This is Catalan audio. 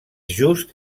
just